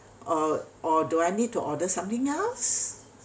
or or do I need to order something else